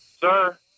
Sir